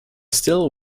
still